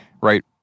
right